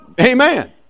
Amen